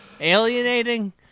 Alienating